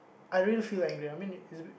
I really feel angry I mean it's a bit